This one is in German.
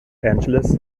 angeles